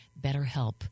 BetterHelp